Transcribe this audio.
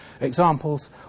Examples